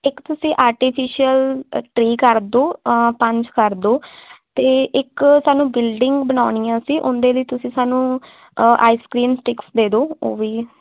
ਇੱਕ ਤੁਸੀਂ artificial tree ਕਰ ਦਿਓ ਪੰਜ ਕਰ ਦਿਓ ਅਤੇ ਇੱਕ ਸਾਨੂੰ ਬਿਲਡਿੰਗ ਬਣਾਉਣੀ ਆਂ ਅਸੀਂ ਉਹਦੇ ਲਈ ਤੁਸੀਂ ਸਾਨੂੰ ਆਈਸਕ੍ਰੀਮ ਸਟੀਕਸ ਦੇ ਦਿਓ ਉਹ ਵੀ